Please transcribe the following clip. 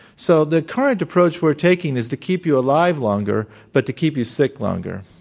so the current approach we're taking is to keep you alive longer but to keep you sick longer.